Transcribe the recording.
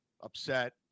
upset